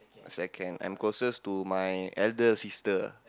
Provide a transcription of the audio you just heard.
second I'm closest to my elder sister